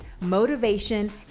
motivation